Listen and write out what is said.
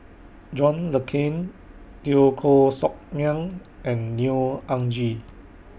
John Le Cain Teo Koh Sock Miang and Neo Anngee